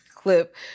clip